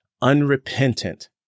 unrepentant